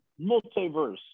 multiverse